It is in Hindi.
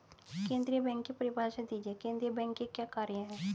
केंद्रीय बैंक की परिभाषा दीजिए केंद्रीय बैंक के क्या कार्य हैं?